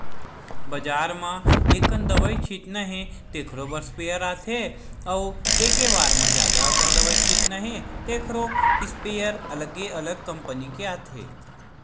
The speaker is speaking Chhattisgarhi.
बजार म एककन दवई छितना हे तेखरो बर स्पेयर आथे अउ एके बार म जादा अकन दवई छितना हे तेखरो इस्पेयर अलगे अलगे कंपनी के आथे